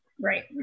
Right